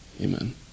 amen